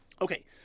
Okay